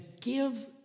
give